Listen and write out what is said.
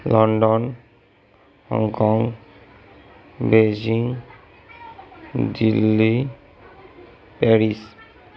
London Hong Kong Beijing Delhi Paris